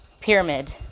pyramid